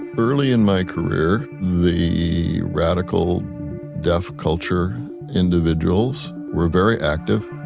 ah early in my career, the radical deaf culture individuals were very active.